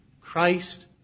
Christ